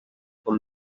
com